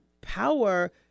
power